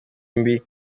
mbi